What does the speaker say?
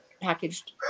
packaged